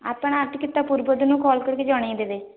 ଆପଣ ଆଉ ଟିକେ ତା ପୂର୍ବ ଦିନ କଲ୍ କରି ଜଣାଇ ଦେବେ